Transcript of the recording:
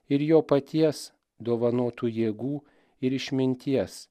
ir jo paties dovanotų jėgų ir išminties